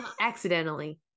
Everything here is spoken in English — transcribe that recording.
Accidentally